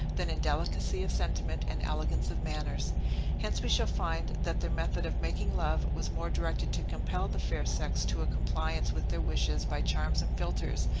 than in delicacy of sentiment and elegance of manners hence we shall find, that their method of making love was more directed to compel the fair sex to a compliance with their wishes by charms and philtres,